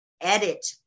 edit